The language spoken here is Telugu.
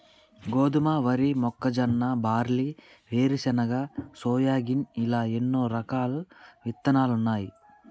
గోధుమ, వరి, మొక్కజొన్న, బార్లీ, వేరుశనగ, సోయాగిన్ ఇలా ఎన్నో రకాలు ఇత్తనాలున్నాయి